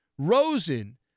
Rosen